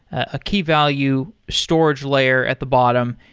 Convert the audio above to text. a key value storage layer at the bottom.